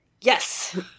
Yes